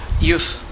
youth